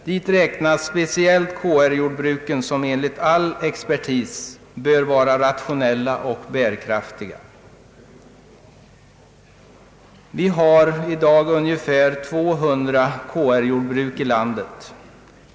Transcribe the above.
Hit räknas speciellt KR-jordbruken, som enligt all expertis bör vara rationella och bärkraftiga. Vi har i dag ungefär 200 KR jordbruk i landet.